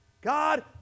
God